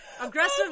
Aggressive